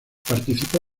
participó